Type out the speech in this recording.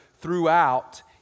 throughout